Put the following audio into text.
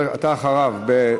הכנסת חנא סוייד, אתה אחריו.